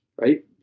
Right